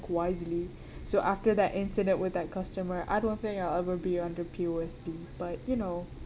wisely so after that incident with that customer I don't think I'll ever be under P_O_S_B but you know